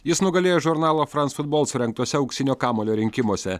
jis nugalėjo žurnalo frans futbol surengtuose auksinio kamuolio rinkimuose